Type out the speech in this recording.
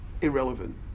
irrelevant